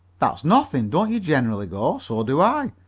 that's nothing. don't you generally go? so do i,